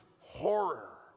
horror